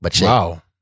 Wow